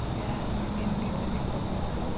এয়া আমি মেইনলি যদি ক'ব যাওঁ